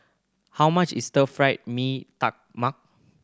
how much is Stir Fried Mee Tai Mak